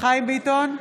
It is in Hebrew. חיים ביטון,